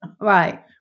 right